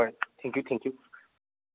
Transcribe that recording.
ꯍꯣꯏ thank you thank U